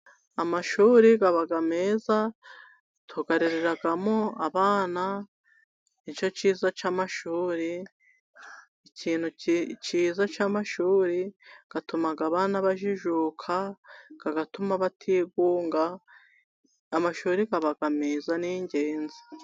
Amashuri aba meza tuyareremo abana, nicyo cyiza cy'amashuri, ikintu cyiza cy'amashuri atuma abana bajijuka, agatuma batigunga, amashuri aba meza n'ingenzi.